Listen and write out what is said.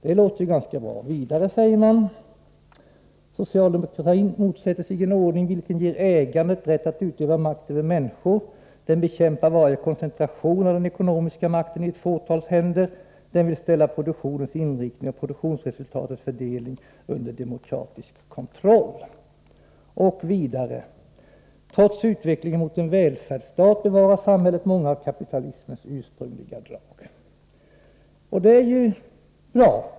Det låter ganska bra. Vidare säger man: ”Socialdemokratin motsätter sig en ordning vilken ger ägandet rätt att utöva makt över människor. Den bekämpar varje koncentration av den ekonomiska makten i ett fåtals händer. Den vill ställa produktionens inriktning och produktionsresultatets fördelning under demokratisk kontroll.” ——=- ”Trots utvecklingen mot en välfärdsstat bevarar samhället många av kapitalismens ursprungliga drag.” Det är bra.